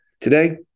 today